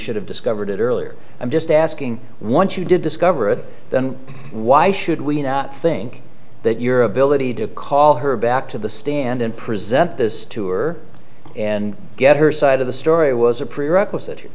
should have discovered it earlier i'm just asking what you did discover it then why should we not think that your ability to call her back to the stand and present this tour and get her side of the story was a prerequisite